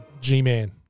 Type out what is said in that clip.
G-Man